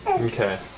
Okay